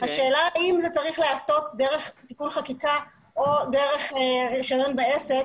השאלה אם זה צריך להיעשות דרך טיפול חקיקה או דרך רישיון עסק,